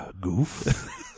goof